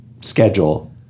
schedule